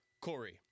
Corey